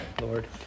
Lord